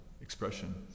expression